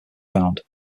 found